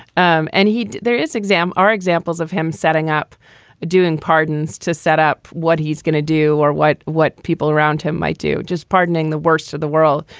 um and he there is exam are examples of him setting up doing pardons to set up what he's going to do or what what people around him might do, just pardoning the worst of the world,